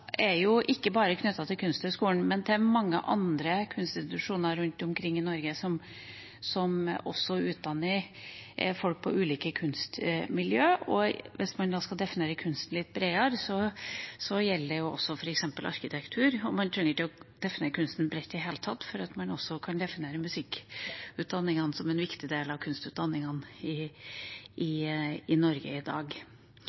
er ikke bare knyttet til Kunsthøgskolen, men også til mange andre kunstinstitusjoner rundt omkring i Norge som utdanner folk i ulike kunstmiljø. Hvis man skal definere kunst litt bredere, gjelder det også arkitektur f.eks. Man trenger ikke å definere kunst bredt i det hele tatt for også å kunne definere musikkutdanningene som en viktig del av kunstutdanningene i